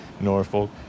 Norfolk